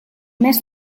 més